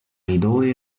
idoj